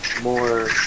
more